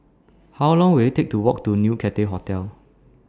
How Long Will IT Take to Walk to New Cathay Hotel